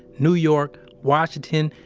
new york washington,